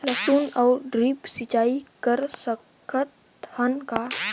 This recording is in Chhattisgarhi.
लसुन ल ड्रिप सिंचाई कर सकत हन का?